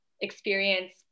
experience